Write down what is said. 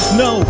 no